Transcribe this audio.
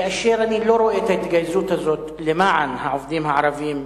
כאשר אני לא רואה את ההתגייסות הזאת למען העובדים הערבים,